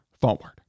forward